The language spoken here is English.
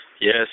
Yes